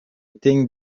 think